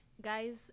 guys